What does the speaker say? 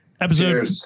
episode